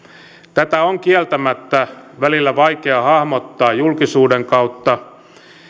tätä on kieltämättä välillä vaikea hahmottaa julkisuuden kautta